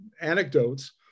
anecdotes